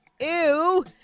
ew